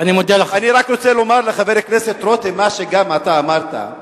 אני רק רוצה להגיד לחבר הכנסת רותם מה שגם אתה אמרת,